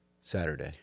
Saturday